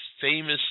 famous